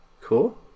Cool